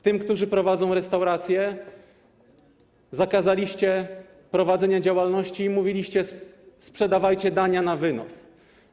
Tym, którzy prowadzą restauracje, zakazaliście prowadzenia działalności i mówiliście: sprzedawajcie dania na wynos.